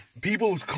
people